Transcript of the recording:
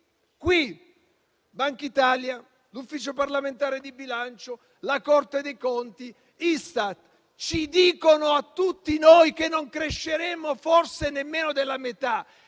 la Banca d'Italia, l'Ufficio parlamentare di bilancio, la Corte dei conti, l'Istat dicono a tutti noi che non cresceremo forse nemmeno della metà,